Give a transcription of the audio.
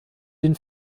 den